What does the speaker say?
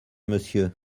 monsieur